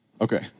Okay